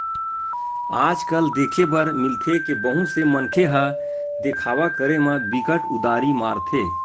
आज कल देखे बर मिलथे के बहुत से मनखे ह देखावा करे म बिकट उदारी मारथे